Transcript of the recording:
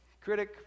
critic